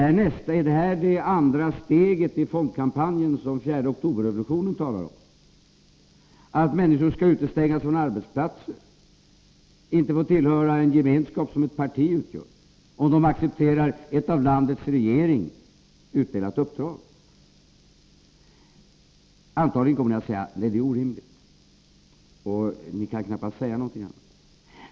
Är det det andra steget i fondkampanjen, som 4 oktober-revolutionen talar om, att människor skall utestängas från arbetsplatser och inte få tillhöra den gemenskap som ett parti utgör, om de accepterar ett av landets regering utdelat uppdrag? Antagligen kommer ni att säga: Nej, det är orimligt. Och ni kan knappast säga någonting annat.